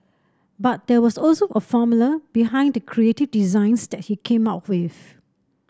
but there was also a formula behind the creative designs that he came with